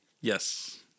yes